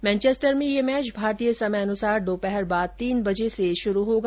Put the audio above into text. Manchester में यह match भारतीय समय के अनुसार दोपहर बाद तीन बजे से शुरू होगा